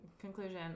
conclusion